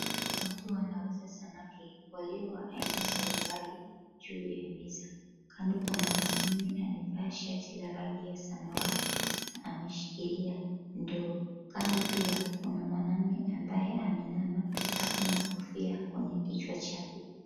Watu wanauza samaki walio wa aina mbalimbali, juu ya meza. Kando kuna mwanaume amevaa shati la rangi ya samawati, ameshikilia ndoo. Kando pia, kuna mwanaume ambaye ameinama, ako na kofia kwenye kichwa chake.